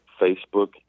Facebook